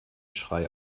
schrei